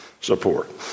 support